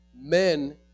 men